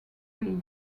pace